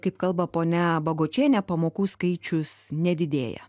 kaip kalba ponia bagočienė pamokų skaičius nedidėja